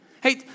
Hey